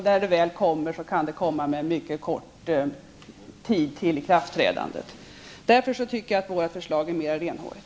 När det väl kommer kan det vara mycket kort tid före ikraftträdandet. Därför är vårt förslag mera renhårigt.